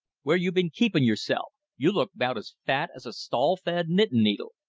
where you been keepin' yourself? you look bout as fat as a stall-fed knittin needle.